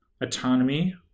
autonomy